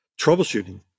troubleshooting